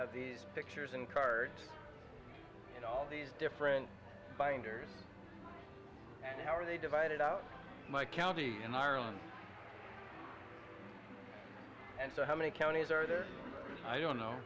of these pictures in cards and all these different binders and how are they divided out my county and ireland and how many counties are there i don't know